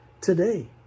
today